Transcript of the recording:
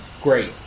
great